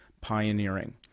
pioneering